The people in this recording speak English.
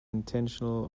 intentional